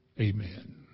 Amen